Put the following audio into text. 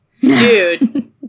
dude